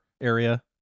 area